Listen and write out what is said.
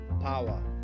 power